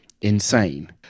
insane